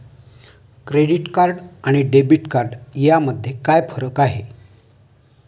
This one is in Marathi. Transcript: क्रेडिट कार्ड आणि डेबिट कार्ड यामध्ये काय फरक आहे?